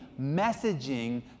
messaging